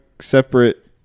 separate